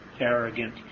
arrogant